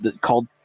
called